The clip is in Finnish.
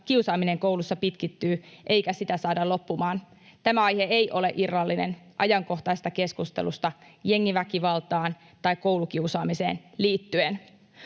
kiusaaminen koulussa pitkittyy eikä sitä saada loppumaan. Tämä aihe ei ole irrallinen ajankohtaisesta keskustelusta jengiväkivaltaan tai koulukiusaamiseen liittyen.